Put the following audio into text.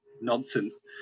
nonsense